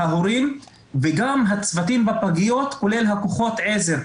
ההורים וגם הצוותים בפגיות כולל כוחות העזר.